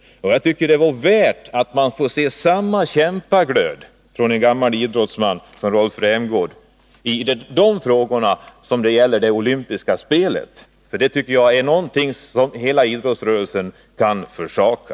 Jag tycker det vore värt att se samma kämpaglöd från en gammal idrottsman i de frågorna som då det gäller olympiska spel, som jag tycker är något hela idrottsrörelsen kan försaka.